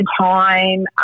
time